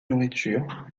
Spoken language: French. nourriture